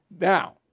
Now